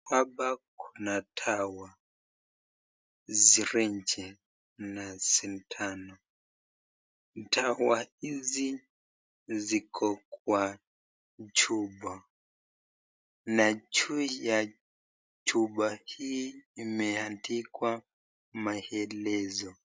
Hapa kuna dawa, sirinji na sindano, dawa hizi ziko kwa chupa na juu ya chupa hii imeandikwa maelezo.